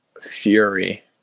Fury